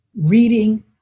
reading